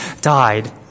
died